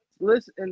listen